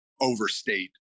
overstate